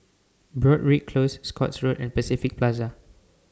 Broadrick Close Scotts Road and Pacific Plaza